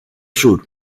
sur